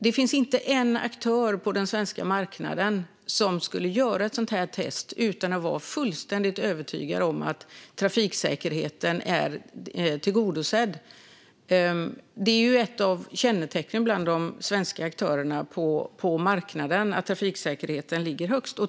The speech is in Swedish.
Det finns inte en enda aktör på den svenska marknaden som skulle göra ett sådant test utan att vara fullständigt övertygad om att trafiksäkerheten är tillgodosedd. Det är ett av kännetecknen bland de svenska aktörerna på marknaden att trafiksäkerheten ligger högst.